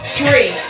Three